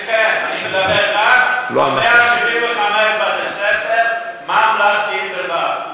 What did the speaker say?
כן כן, אני מדבר על 175 בתי-ספר ממלכתיים בלבד.